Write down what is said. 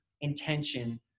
intention